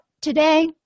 today